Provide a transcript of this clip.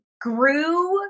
grew